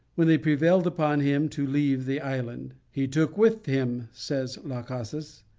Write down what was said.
when they prevailed upon him to leave the island. he took with him, says las casas,